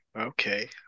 Okay